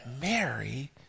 Mary